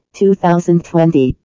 2020